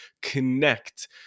connect